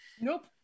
Nope